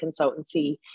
consultancy